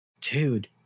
dude